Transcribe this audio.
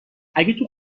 اگه